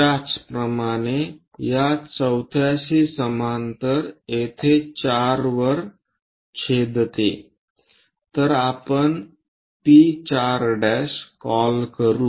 त्याचप्रमाणे या चौथ्याशी समांतर येथे 4 वर छेदते तर आपण P4' कॉल करू